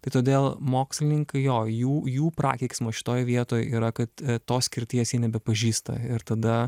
tai todėl mokslininkai jo jų jų prakeiksmas šitoj vietoj yra kad tos skirties jie nebepažįsta ir tada